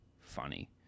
funny